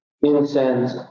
incense